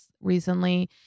recently